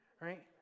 right